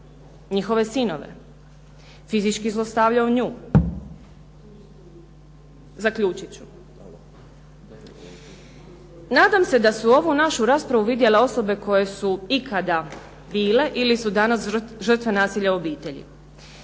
njihove sinove, fizički zlostavljao nju. Zaključit ću. Nadam se da su ovu našu raspravu vidjele osobe koje su ikada bile ili su danas žrtve nasilja u obitelji